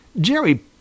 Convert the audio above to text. Jerry